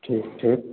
ठीक ठीक